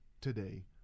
today